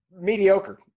mediocre